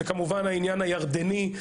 זה כמובן העניין הירדני,